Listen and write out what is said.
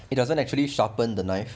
it doesn't actually sharpen the knife